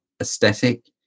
aesthetic